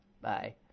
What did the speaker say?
bye